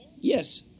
Yes